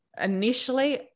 initially